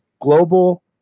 global